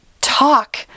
talk